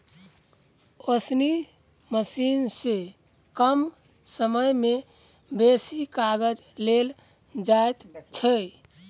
ओसौनी मशीन सॅ कम समय मे बेसी काज लेल जाइत छै